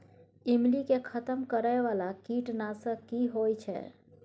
ईमली के खतम करैय बाला कीट नासक की होय छै?